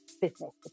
business